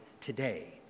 today